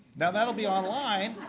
now, that'll be online.